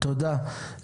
תודה.